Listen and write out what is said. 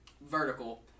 vertical